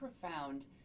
profound